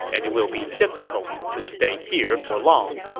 and it will be difficult to stay here for long.